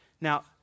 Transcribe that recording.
Now